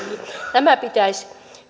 tätä pitäisi